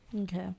Okay